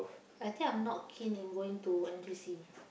I think I'm not keen in going to N_T_U_C